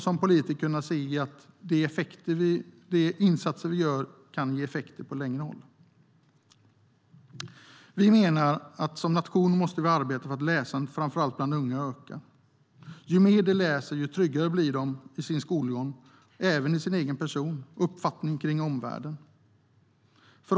Som politiker måste vi kunna se att de insatser vi gör kan ge effekt på längre sikt. Vi som nation måste arbeta för att öka läsandet, framför allt bland unga. Ju mer de läser, desto tryggare blir de i sin skolgång, i sig själva som personer och i sin uppfattning av omvärlden.